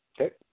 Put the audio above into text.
Okay